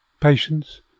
patience